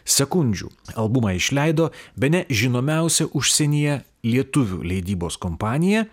sekundžių albumą išleido bene žinomiausia užsienyje lietuvių leidybos kompanija